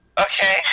Okay